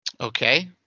Okay